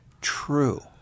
true